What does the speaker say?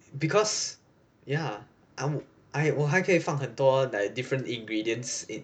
because ya I 我还可以放很 like different ingredients